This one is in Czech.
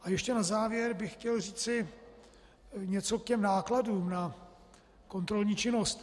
A ještě na závěr bych chtěl říci něco k těm nákladům na kontrolní činnost.